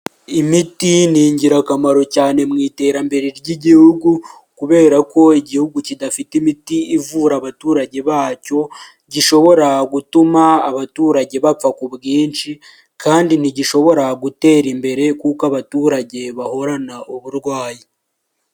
Imiti ni ingirakamaro cyane mu iterambere ry'igihugu, kubera ko igihugu kidafite imiti ivura abaturage bacyo gishobora gutuma abaturage bapfa ku bwinshi kandi ntigishobora gutera imbere kuko abaturage bahorana uburwayi.